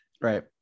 Right